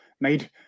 made